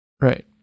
Right